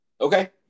Okay